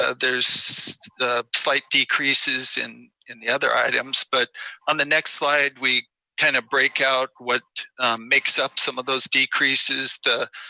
ah there's slight decreases in in the other items. but on the next slide, we kind of break out what makes up some of those decreases. the